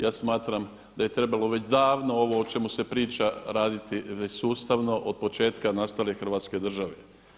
Ja smatram da je trebalo već davno ovo o čemu se priča raditi sustavno od početka nastale Hrvatske države.